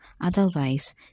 otherwise